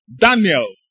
Daniel